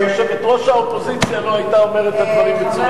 תאמין לי שיושבת-ראש האופוזיציה לא היתה אומרת את הדברים בצורה